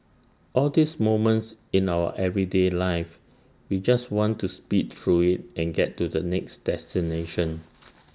all these moments in our everyday life we just want to speed through IT and get to the next destination